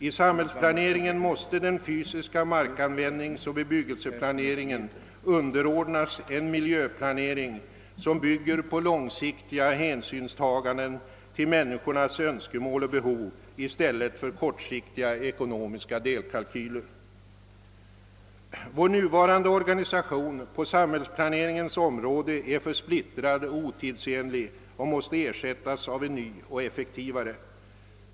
I samhällsplaneringen måste den fysiska markanvändningsoch bebyggelseplaneringen underordnas en miljöplanernig, som bygger på långsiktiga hänsynstaganden till människornas önskemål och behov i stället för på kortsiktiga ekonomiska delkalkyler. Vår nuvarande organisation på samhällsplaneringens område är för splittrad och otidsenlig och måste ersättas av en ny och effektivare.